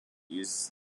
uses